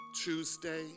Tuesday